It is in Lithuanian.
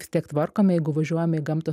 vis tiek tvarkome jeigu važiuojame į gamtą